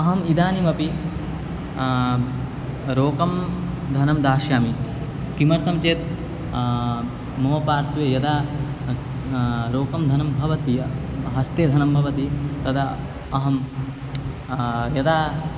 अहम् इदानीमपि ष रोकं धनं दाश्यामि किमर्थं चेत् मम पार्श्वे यदा रोकं धनं भवति हस्ते धनं भवति तदा अहं यदा